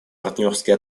партнерские